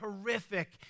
horrific